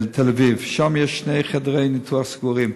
תל-אביב ששם יש שני חדרי ניתוח סגורים,